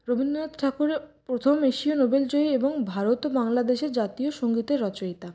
রবীন্দ্রনাথ ঠাকুরে প্রথম এশীয় নোবেল জয়ী এবং ভারত ও বাংলাদেশের জাতীয় সঙ্গীতের রচয়িতা